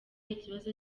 ikibazo